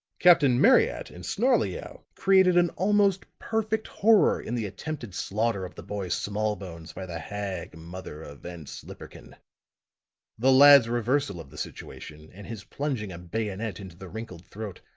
captain marryat, in snarleyow, created an almost perfect horror in the attempted slaughter of the boy smallbones by the hag mother of vanslyperken the lad's reversal of the situation and his plunging a bayonet into the wrinkled throat,